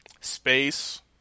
space